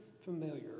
familiar